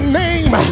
name